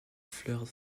fleurs